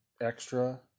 extra